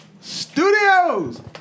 Studios